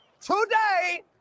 today